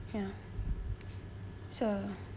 ya so